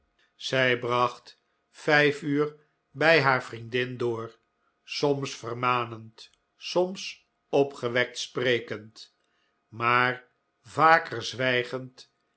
zij bracht vijf uur bij haar vriendin door soms vermanend soms opgewekt sprekend maar vaker zwijgend